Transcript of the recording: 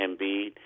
Embiid